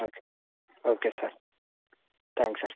okay okay sir thanks sir